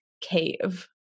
cave